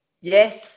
yes